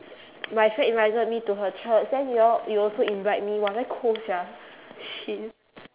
my friend invited me to her church then y'all you also invite me [one] very cold sia shit